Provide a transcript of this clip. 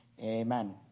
Amen